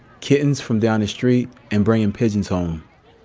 kittens from down the street and bringing pigeons home,